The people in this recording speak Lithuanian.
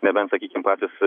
nebent sakykim patys